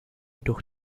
durch